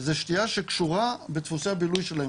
זו שתיה שקשורה בדפוסי הבילוי שלהם,